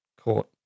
court